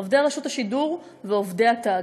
עובדי רשות השידור ועובדי התאגיד.